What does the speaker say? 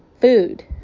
food